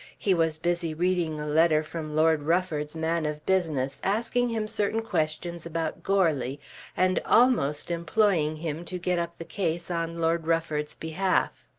he was busy reading a letter from lord rufford's man of business, asking him certain questions about goarly and almost employing him to get up the case on lord rufford's behalf.